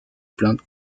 plainte